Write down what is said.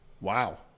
wow